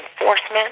enforcement